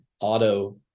auto